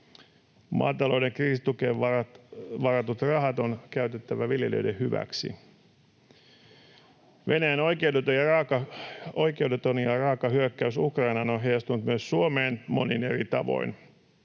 maatalouden kriisitukeen varatut rahat on käytettävä viljelijöiden hyväksi. Venäjän oikeudeton ja raaka hyökkäys Ukrainaan on heijastunut myös Suomeen monin eri tavoin.